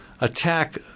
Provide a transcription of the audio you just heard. attack